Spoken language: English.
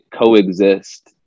coexist